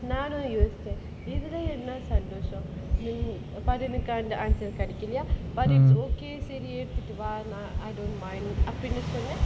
நானும் யோசிச்சன் இதுல என்ன சந்தோசம்:naanum yosichan ithula enna santhosam but எனக்கு அந்த:enakku antha answer கெடக்கலையா:kedakkalaiyaa but it's okay செரி எடுத்துட்டு வா:seri eduthuttu vaa I don't mind அப்ப நீ சொன்ன:appa nee sonna